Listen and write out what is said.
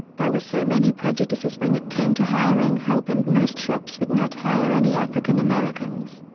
there were so many prejudices when it came to hiring help and most shops would not hire any african americans.